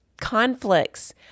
conflicts